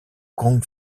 kong